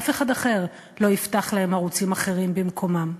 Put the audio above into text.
אף אחד אחר לא יפתח להם ערוצים אחרים במקומם.